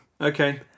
Okay